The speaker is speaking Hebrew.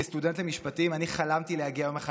כסטודנט למשפטים אני חלמתי להגיע יום אחד